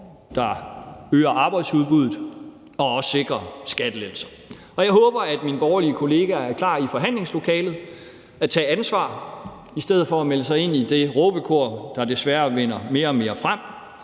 der øger arbejdsudbuddet og også sikrer skattelettelser. Jeg håber, at mine borgerlige kollegaer i forhandlingslokalet er klar til at tage ansvar i stedet for at melde sig ind i det råbekor, der desværre vinder mere og mere frem.